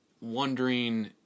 wondering